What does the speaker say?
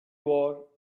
war